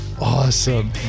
Awesome